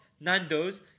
Nando's